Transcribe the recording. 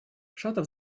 шатов